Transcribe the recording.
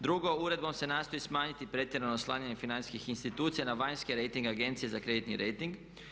Drugo, uredbom se nastoji smanjiti pretjerano oslanjanje financijskih institucija na vanjske rejting agencije za kreditni rejting.